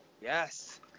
Yes